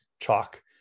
chalk